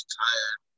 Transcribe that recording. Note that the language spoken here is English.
tired